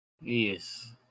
Yes